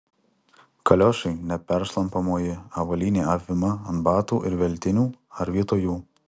kaliošai neperšlampamoji avalynė avima ant batų ir veltinių ar vietoj jų